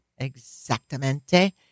Exactamente